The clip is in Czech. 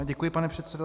Děkuji, pane předsedo.